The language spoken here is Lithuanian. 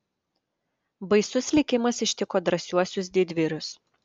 baisus likimas ištiko drąsiuosius didvyrius